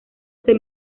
ese